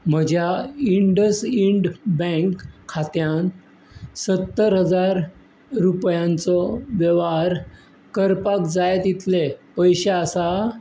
म्हज्या IndusInd bank खात्यांत सत्तर हजार रुपयांचो वेव्हार करपाक जाय तितले पयशे आसा